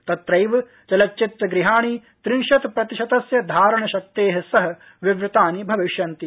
तत्रद्वचलच्चित्र गृहाणि त्रिंशत् प्रतिशतस्य धारणशक्ते सह विवृतानि भविष्यन्ति